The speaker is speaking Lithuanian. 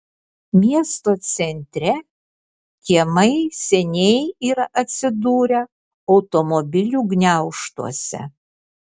miesto centre kiemai seniai yra atsidūrę automobilių gniaužtuose